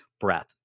breath